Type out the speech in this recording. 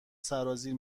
سرازیر